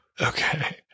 Okay